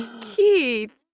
Keith